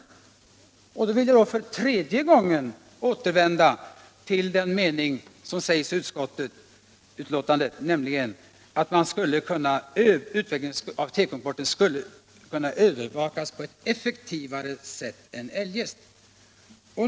Och då vill jag för tredje gången återkomma till den mening där utskottet skriver att utvecklingen av tekoimporten skulle kunna övervakas på ett mera effektivt sätt än hittills.